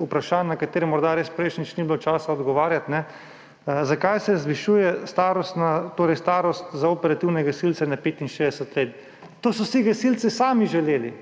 vprašanj, na katera morda res prejšnjič ni bilo časa odgovarjati. Zakaj se zvišuje starost za operativne gasilce na 65 let? To so si gasilci sami želeli.